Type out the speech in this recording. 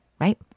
right